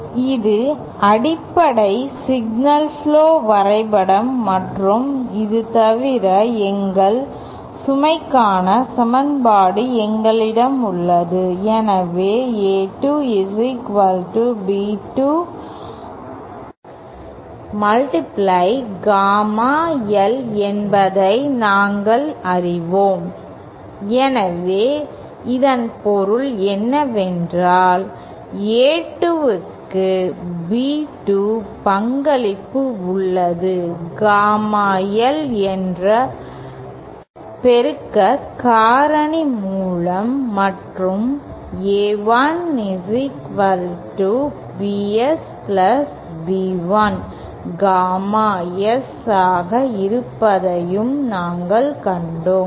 இது அடிப்படை signal flow வரைபடம் மற்றும் இது தவிர எங்கள் சுமைக்கான சமன்பாடும் எங்களிடம் உள்ளது எனவே A2 B2 காமா L என்பதை நாங்கள் அறிவோம் எனவே இதன் பொருள் என்னவென்றால் A2 க்கு B2 பங்களிப்பு உள்ளது காமா எல் என்ற பெருக்க காரணி மூலம் மற்றும் A1 BS B 1 gamma S ஆக இருப்பதையும் நாங்கள் கண்டோம்